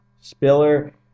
Spiller